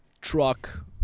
truck